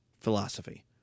philosophy